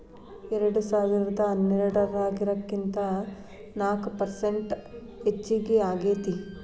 ಎರೆಡಸಾವಿರದಾ ಹನ್ನೆರಡರಾಗಿನಕಿಂತ ನಾಕ ಪರಸೆಂಟ್ ಹೆಚಗಿ ಆಗೇತಿ